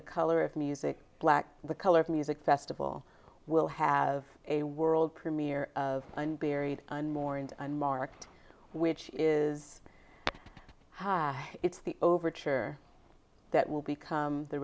the color of music black the color of music festival will have a world premiere of and buried and more and unmarked which is hi it's the overture that will become the